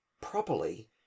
properly